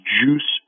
juice